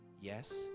Yes